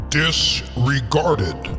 disregarded